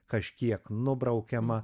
kažkiek nubraukiama